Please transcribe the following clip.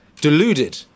deluded